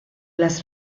las